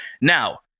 Now